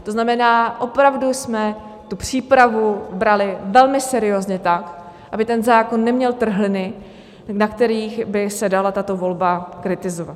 To znamená, opravdu jsme tu přípravu brali velmi seriózně tak, aby ten zákon neměl trhliny, na kterých by se dala tato volba kritizovat.